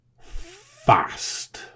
fast